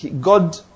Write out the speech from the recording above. God